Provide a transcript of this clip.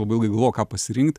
labai ilgai galvojau ką pasirinkt